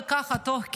זה ככה תוך כדי,